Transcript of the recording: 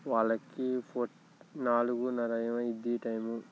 వాళ్ళకి ఫో నాలుగున్నర అవుతుంది టైమ్